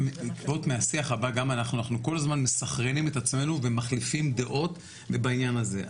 אנחנו כל הזמן מסנכרנים את עצמנו ומחליפים דעות בעניין הזה.